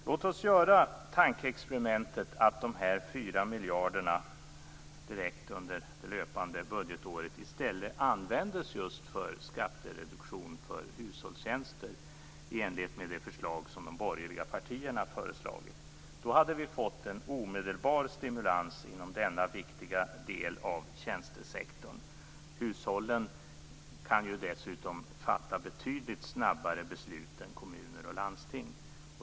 Låt oss göra tankeexperimentet att dessa 4 miljarder direkt under det löpande budgetåret i stället användes just för skattereduktion för hushållstjänster i enlighet med det förslag som de borgerliga partierna har lagt fram. Då hade vi fått en omedelbar stimulans inom denna viktiga del av tjänstesektorn. Hushållen kan dessutom fatta betydligt snabbare beslut än kommuner och landsting.